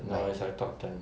no it's like top ten